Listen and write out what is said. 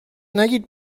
نگید